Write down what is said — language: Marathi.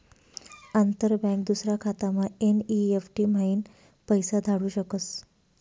अंतर बँक दूसरा खातामा एन.ई.एफ.टी म्हाईन पैसा धाडू शकस